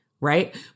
right